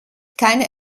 keine